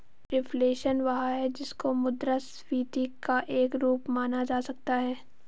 reflation वह है जिसको मुद्रास्फीति का एक रूप माना जा सकता है